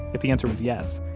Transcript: if the answer was yes,